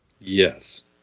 Yes